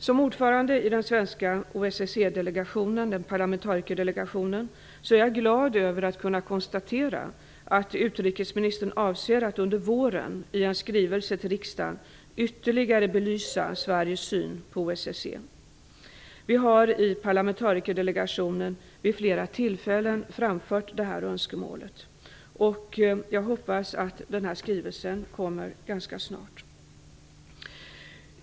Som ordförande i den svenska OSSE delegationen, parlamentarikerdelegationen, är jag glad över att kunna konstatera att utrikesministern avser att under våren i en skrivelse till riksdagen ytterligare belysa Sveriges syn på OSSE. Vi har i parlamentarikerdelegationen vid flera tillfällen framfört detta önskemål Jag hoppas att skrivelsen kommer ganska snart.